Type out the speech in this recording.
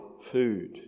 food